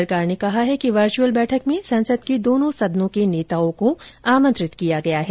सरकार ने कहा है कि वर्चुअल बैठक में संसद के दोनों सदनों के नेताओं को आमंत्रित किया गया है